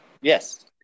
Yes